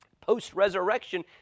post-resurrection